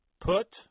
Put